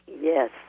Yes